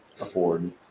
afford